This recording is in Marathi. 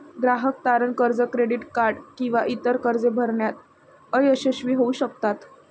ग्राहक तारण कर्ज, क्रेडिट कार्ड किंवा इतर कर्जे भरण्यात अयशस्वी होऊ शकतात